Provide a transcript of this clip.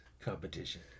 competition